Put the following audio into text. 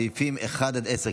סעיפים 1 10,